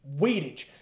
weightage